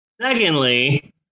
Secondly